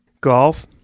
Golf